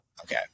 Okay